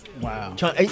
Wow